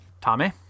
Tommy